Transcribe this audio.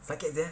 sakit jack